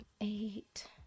eight